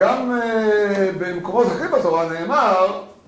גם במקומות אחרים בתורה נאמר